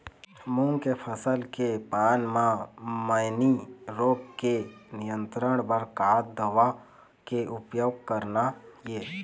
मूंग के फसल के पान म मैनी रोग के नियंत्रण बर का दवा के उपयोग करना ये?